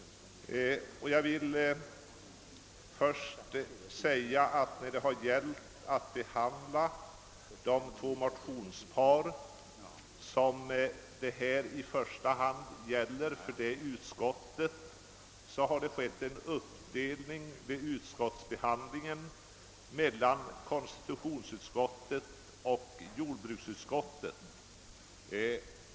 Jag vill först säga att vid utskottsbehandlingen av de två motionspar som i första hand behandlar frågan har det skett en uppdelning mellan konstitutionsutskottet och jordbruksutskottet.